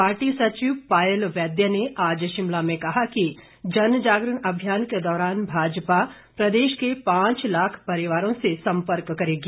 party सचिव पायल वैद्य ने आज शिमला में कहा कि जनजागरण अभियान के दौरान भाजपा प्रदेश के पांच लाख परिवारों से संपर्क करेगी